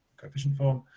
coefficient form.